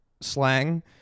slang